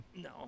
No